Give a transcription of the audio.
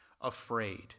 afraid